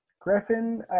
Griffin